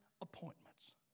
appointments